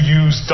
use